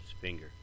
finger